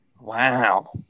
Wow